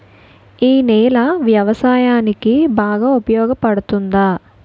ఈ నేల వ్యవసాయానికి బాగా ఉపయోగపడుతుందా?